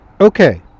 Okay